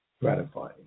gratifying